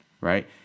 right